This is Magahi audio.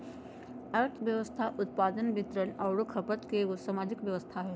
अर्थव्यवस्था उत्पादन, वितरण औरो खपत के एगो सामाजिक व्यवस्था हइ